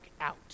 out